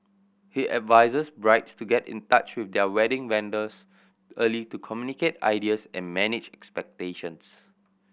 he advises brides to get in touch with their wedding vendors early to communicate ideas and manage expectations